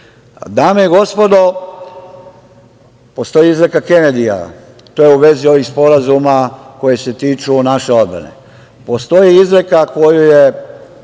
i gospodo, postoji izreka Kenedija, to je u vezi ovih sporazuma koji se tiču naše odbrane. Postoji izreka koja se